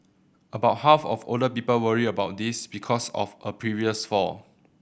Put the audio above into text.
about half of older people worry about this because of a previous fall